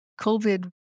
COVID